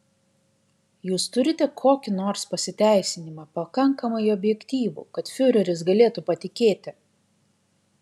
jūs turite kokį nors pasiteisinimą pakankamai objektyvų kad fiureris galėtų patikėti